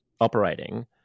operating